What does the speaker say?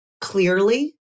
clearly